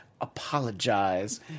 Apologize